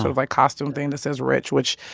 so like, costume thing that says rich which,